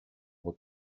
were